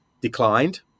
declined